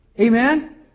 Amen